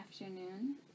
afternoon